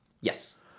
Yes